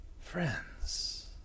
Friends